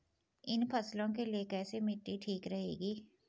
इन फसलों के लिए कैसी मिट्टी ठीक रहेगी?